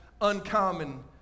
uncommon